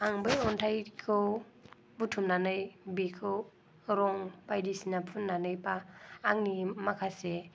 आं बै अन्थाइखौ बुथुमनानै बेखौ रं बायदिसिना फुननानै बा आंनि माखासे